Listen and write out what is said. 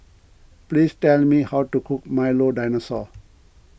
please tell me how to cook Milo Dinosaur